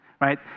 right